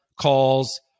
calls